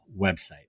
website